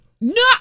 No